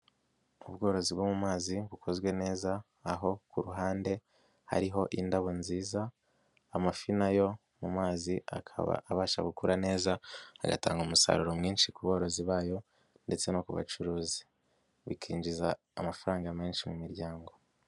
Ubworozi bwo mu mazi bukozwe neza, aho ku ruhande hariho indabo nziza, amafi na yo mu mazi akaba abasha gukura neza, agatanga umusaruro mwinshi ku borozi bayo ndetse no ku bacuruzi. Bikinjiza amafaranga menshi mu miryango.